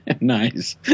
nice